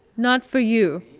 not for you,